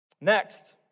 Next